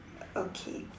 okay